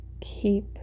keep